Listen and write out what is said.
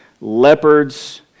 leopards